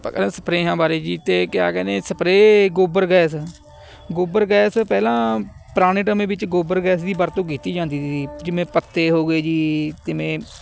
ਸਪਰੇਹਾਂ ਬਾਰੇ ਜੀ ਅਤੇ ਕਿਆ ਕਹਿਨੇ ਸਪਰੇਅ ਗੋਬਰ ਗੈਸ ਗੋਬਰ ਗੈਸ ਪਹਿਲਾਂ ਪੁਰਾਣੇ ਸਮੇਂ ਵਿੱਚ ਗੋਬਰ ਗੈਸ ਦੀ ਵਰਤੋਂ ਕੀਤੀ ਜਾਂਦੀ ਸੀ ਜਿਵੇਂ ਪੱਤੇ ਹੋ ਗਏ ਜੀ ਜਿਵੇਂ